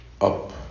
up